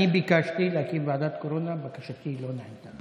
אני ביקשתי להקים ועדת קורונה ובקשתי לא נענתה.